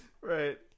Right